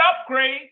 upgrade